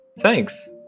Thanks